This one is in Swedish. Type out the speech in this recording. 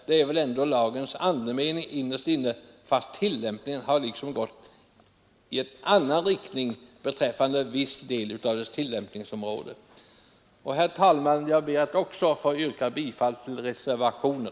Det är väl ändå lagens enda mening, fast tillämpningen liksom har gått i en annan riktning beträffande viss del av dess tillämpningsområde. Herr talman! Jag ber att få yrka bifall till reservationen.